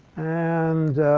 and